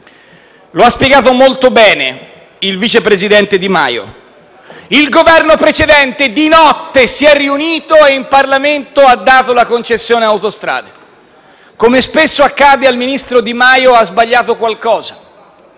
Lo ha spiegato molto bene il vice presidente Di Maio: il Governo precedente di notte si è riunito e in Parlamento ha dato la concessione a Autostrade per l'Italia. Come spesso accade, il ministro Di Maio ha sbagliato qualcosa.